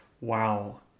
wow